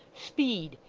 speed!